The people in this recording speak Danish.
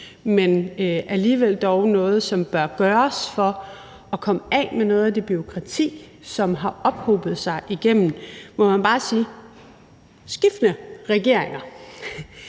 dog alligevel er noget, som bør gøres for at komme af med noget af det bureaukrati, som har ophobet sig igennem, må man bare sige, skiftende regeringer.